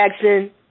Jackson